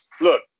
Look